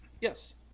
Yes